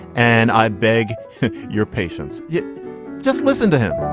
and i beg your patients, you just listen to him.